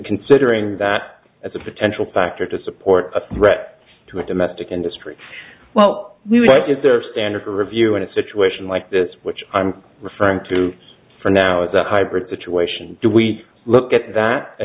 considering that as a potential factor to support a threat to a domestic industry well we would like is there a standard for review in a situation like this which i'm referring to for now is a hybrid situation do we look at that